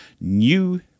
new